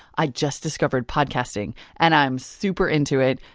i just discovered podcasting and i'm super into it.